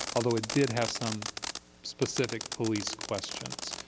although it did have some specific police questions.